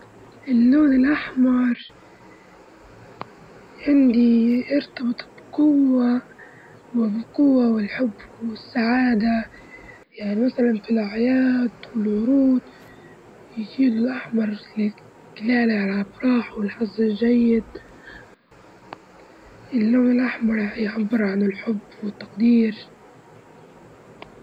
اللون الأحمر عندي يرتبط بقوة وبقوة والحب والسعادة، يعني مثلًا في الأعياد والورود يزيد الأحمر ل- لل- الأفراح والحظ الجيد اللون الأحمر يعبر عن الحب والتقدير.